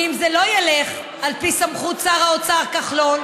כי אם זה לא ילך על פי סמכות שר האוצר כחלון,